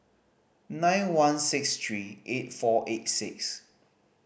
nine one six three eight four eight six